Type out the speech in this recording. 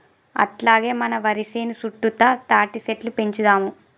అట్లాగే మన వరి సేను సుట్టుతా తాటిసెట్లు పెంచుదాము